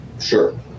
Sure